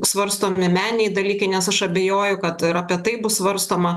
svarstomi meniniai dalykai nes aš abejoju kad ir apie tai bus svarstoma